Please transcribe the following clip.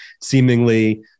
seemingly